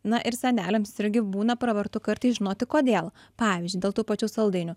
na ir seneliams irgi būna pravartu kartais žinoti kodėl pavyzdžiui dėl tų pačių saldainių